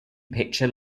picture